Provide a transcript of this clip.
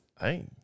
Hey